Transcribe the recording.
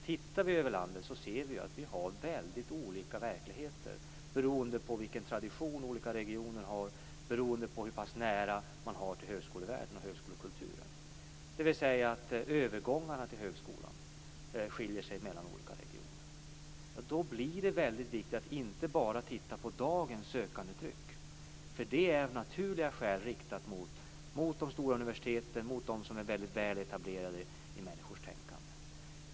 Tittar vi ut över landet ser vi att vi har väldigt olika verkligheter beroende på vilken tradition olika regioner har och beroende på hur pass nära man har till högskolevärlden och högskolekulturen. Övergångarna till högskolan skiljer sig alltså mellan olika regioner. Då blir det väldigt viktigt att inte bara titta på dagens sökandetryck. Det är av naturliga skäl riktat mot de stora universiteten, mot de som är väldigt väl etablerade i människors tänkande.